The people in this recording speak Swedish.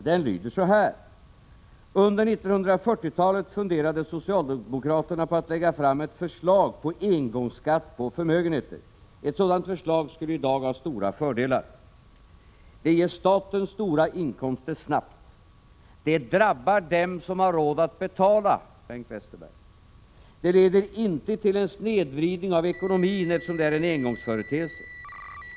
Den lyder så här: Under 40-talet funderade socialdemokraterna på att lägga fram ett förslag på engångsskatt på förmögenheter. Ett sådant förslag skulle i dag ha stora fördelar. Det ger staten stora inkomster snabbt. Det drabbar dem som har råd att betala — observera detta, Bengt Westerberg. Det leder inte till en snedvridning av ekonomin, eftersom det är en engångsföreteelse.